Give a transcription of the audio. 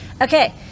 okay